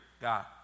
God